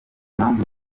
mpamvu